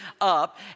up